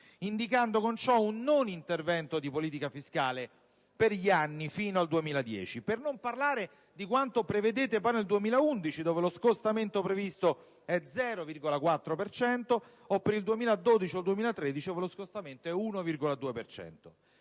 indicando con ciò un non-intervento di politica fiscale per gli anni fino al 2010. Per non parlare poi di quanto previsto per il 2011, dove lo scostamento previsto è dello 0,4 per cento, o per il 2012 e 2013, ove lo scostamento